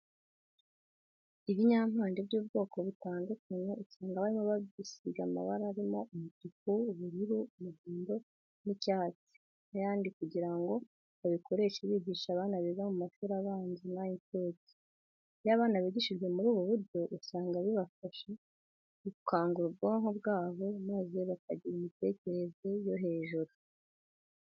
Ibinyampande by'ubwoko butandukanye usanga abarimu babisiga amabara arimo umutuku, ubururu, umuhondo, icyatsi n'ayandi kugira ngo babikoreshe bigisha abana biga mu mashuri abanza n'ay'incuke. Iyo abana bigishijwe muri ubu buryo, usanga bibafasha mu gukangura ubwonko bwabo maze bakagira imitekerereze yo hejuru.